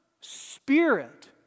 spirit